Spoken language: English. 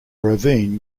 ravine